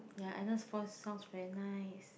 ya Agnes voice sounds very nice